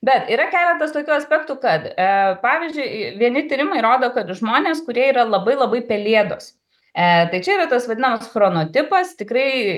bet yra keletas tokių aspektų kad e pavyzdžiui vieni tyrimai rodo kad žmonės kurie yra labai labai pelėdos e tai čia yra tas vadinamas chrono tipas tikrai